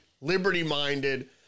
liberty-minded